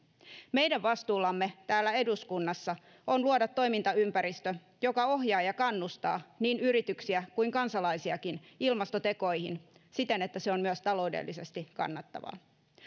meidän vastuullamme täällä eduskunnassa on luoda toimintaympäristö joka ohjaa ja kannustaa niin yrityksiä kuin kansalaisiakin ilmastotekoihin siten että se on myös taloudellisesti kannattavaa